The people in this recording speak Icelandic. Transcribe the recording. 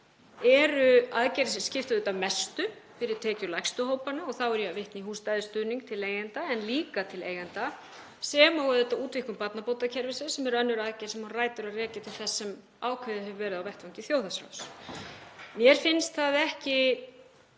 eru aðgerðir sem skipta auðvitað mestu fyrir tekjulægstu hópanna. Þá er ég að vitna í húsnæðisstuðning til leigjenda en líka til eiganda sem og auðvitað útvíkkun barnabótakerfisins, sem er önnur aðgerð sem á rætur að rekja til þess sem ákveðið hefur verið á vettvangi Þjóðhagsráðs. Mér finnst ekki